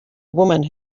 woman